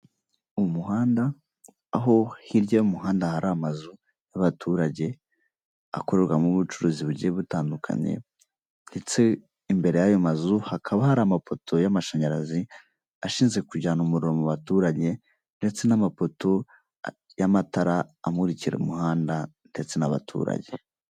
Umuhanda aho hirya y'umuhanda hari amazu y'abaturage akorwarwamo ubucuruzi bugiye butandukanye, ndetse imbere y'ayo mazu hakaba hari amapoto y'amashanyarazi, ashinzwe kujyana umuriro mu baturanye ndetse n'amapoto y'amatara amurikira umuhanda ndetse n'abaturage.